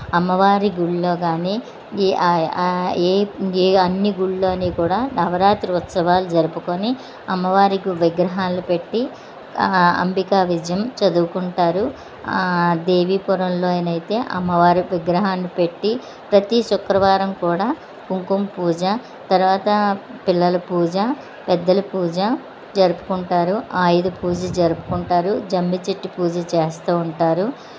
అమ్మవారి గుళ్ళో కానీ ఈ ఏ అన్నీ గుళ్ళో కూడా నవరాత్రి ఉత్సవాలు జరుపుకొని అమ్మవారికి విగ్రహాలు పెట్టి అంబికా విజయం చదువుకుంటారు దేవీపురంలో అయితే అమ్మవారు విగ్రహాన్ని పెట్టి ప్రతి శుక్రవారం కూడా కుంకుమ పూజ తర్వాత పిల్లల పూజ పెద్దల పూజ జరుపుకుంటారు ఆయుధ పూజ జరుపుకుంటారు జమ్మిచెట్టు పూజ చేస్తూ ఉంటారు